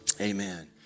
amen